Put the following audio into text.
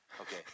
Okay